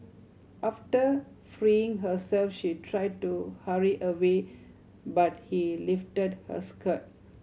after freeing herself she tried to hurry away but he lifted her skirt